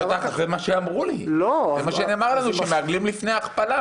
זה מה שנאמר לנו, שמעגלים לפני ההכפלה.